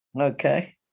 Okay